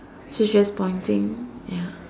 she's just pointing ya